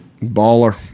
Baller